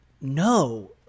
No